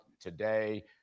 today